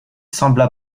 sembla